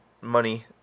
money